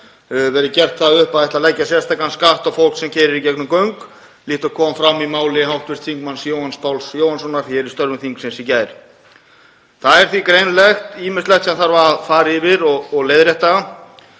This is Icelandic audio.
Það er því greinilega ýmislegt sem þarf að fara yfir og leiðrétta.